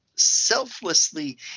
selflessly